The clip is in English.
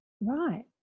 Right